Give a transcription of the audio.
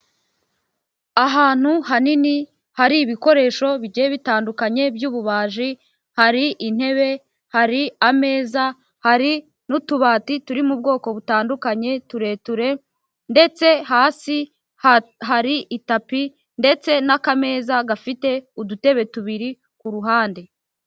Ahantu hanini hari ibikoresho bigiye bitandukanye by'ububaji, hari intebe, hari ameza, hari n'utubati turi mu bwoko butandukanye tureture, ndetse hasi hari itapi, ndetse n'akameza gafite udutebe tubiri ku ruhande.